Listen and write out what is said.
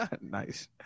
Nice